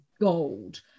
gold